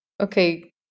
okay